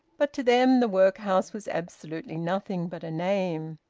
but to them the workhouse was absolutely nothing but a name.